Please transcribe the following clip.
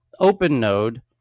OpenNode